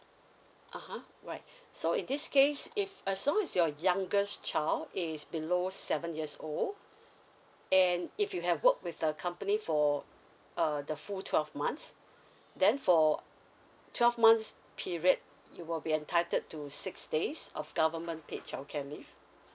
(uh huh) right so in this case if as long as your youngest child is below seven years old and if you have worked with a company for uh the full twelve months then for twelve months period you will be entitled to six days of government paid childcare leave